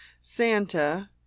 Santa